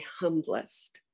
humblest